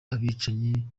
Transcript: abicanyi